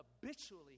habitually